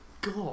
god